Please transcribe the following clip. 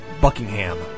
Buckingham